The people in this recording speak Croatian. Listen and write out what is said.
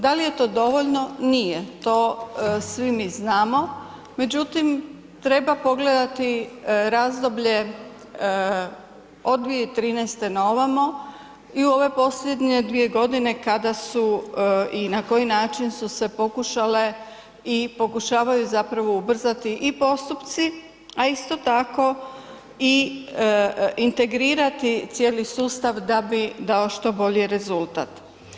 Da li je to dovoljno, nije, to svi mi znamo, međutim treba pogledati razdoblje od 2013. naovamo i u ove posljednje 2 godine kada su i na koji način su se pokušale i pokušavaju zapravo ubrzati i postupci, a isto tako i integrirati cijeli sustav da bi dao što bolji rezultat.